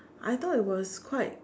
I thought it was quite